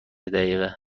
دقیقه